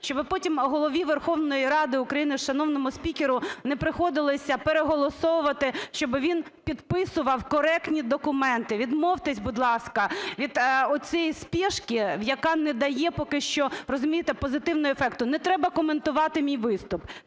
Щоби потім Голові Верховної Ради України, шановному спікеру, не приходилося переголосовувати, щоби він підписував коректні документи. Відмовтесь, будь ласка, від оцієї спішки, яка не дає поки що, розумієте, позитивного ефекту. Не треба коментувати мій виступ.